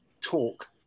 talk